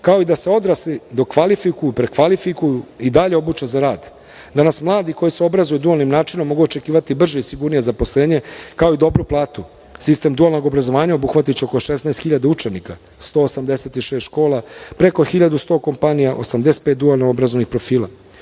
kao i da se odrasli dokvalifikuju, prekvalifikuju i dalje obuče za rad. Danas mladi koji se obrazuju dualnim načinom mogu očekivati brže i sigurnije zaposlenje, kao i dobru platu. Sistem dualnog obrazovanja obuhvatiće oko 16.000 učenika, 186 škola, preko 1.100 kompanija, 85 dualno obrazovnih profila.